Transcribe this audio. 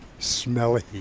smelly